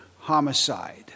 homicide